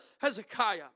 Hezekiah